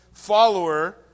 follower